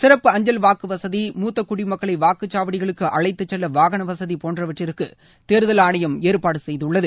சிறப்பு அஞ்சல் வாக்கு வசதி மூத்த குடிமக்களை வாக்குச்சாவடிகளுக்கு அழைத்துச்செல்ல வாகன வசதி போன்றவற்றுக்கு தேர்தல் ஆணையம் ஏற்பாடு செய்துள்ளது